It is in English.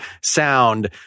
sound